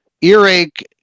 earache